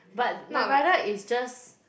but my brother is just